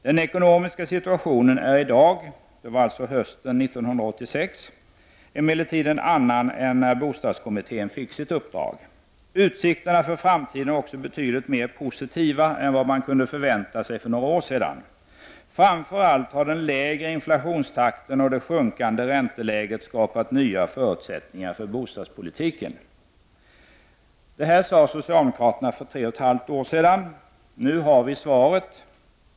Den ekonomiska situationen är i dag” — det var alltså hösten 1986 — ”emellertid en annan än när bostadskommittén fick sitt uppdrag. Utsikterna för framtiden är också betydligt mer positiva än vad man kunde förvänta sig för några år sedan. Framför allt har den lägre inflationstakten och det sjunkande ränteläget skapat nya förutsättningar för bostadspolitiken.” Detta sade socialdemokraterna för tre och ett halvt år sedan. Nu har vi svaret.